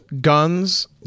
Guns